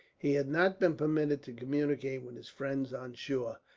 he had not been permitted to communicate with his friends on shore,